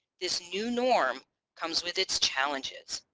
this new norm comes with its challenges.